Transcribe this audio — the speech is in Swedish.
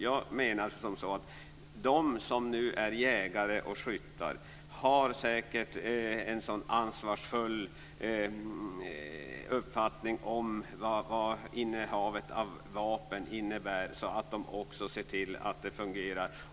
Jag menar att de som nu är jägare och skyttar säkert har en så ansvarsfull uppfattning om vad innehavet av vapen innebär att de också ser till att detta fungerar.